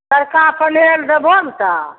तड़का पनीर देबहो ने तऽ